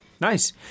Nice